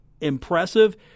impressive